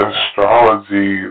Astrology